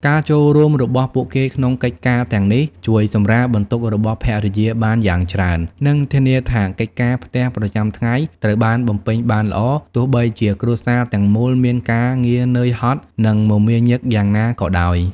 ការចូលរួមរបស់ពួកគេក្នុងកិច្ចការទាំងនេះជួយសម្រាលបន្ទុករបស់ភរិយាបានយ៉ាងច្រើន និងធានាថាកិច្ចការផ្ទះប្រចាំថ្ងៃត្រូវបានបំពេញបានល្អ ទោះបីជាគ្រួសារទាំងមូលមានការងារនឿយហត់ និងមមាញឹកយ៉ាងណាក៏ដោយ។